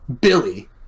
Billy